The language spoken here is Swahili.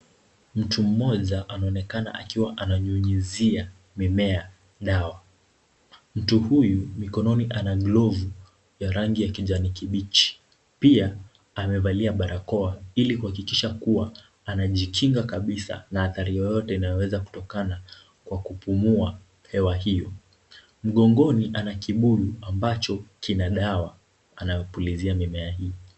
Mtu mmoja anaonekana akiwa ananyunyuzia mimea dawa. Mtu huyu mikononi ana nglovu ya rangi ya kijani kibichi. Pia amevalia barakoa ili kuhakikisha kuwa anajikinga kabisa na athari yoyote inayoweza kutokana kwa kupumua hewa hiyo. Mgongoni ana kibuyu ambacho kina dawa anayopulizia mimea hii.